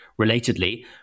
Relatedly